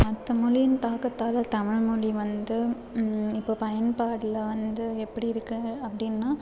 மற்ற மொழியின் தாக்கத்தால தமிழ்மொழி வந்து இப்போது பயன்பாட்டுல வந்து எப்படி இருக்கு அப்படின்னா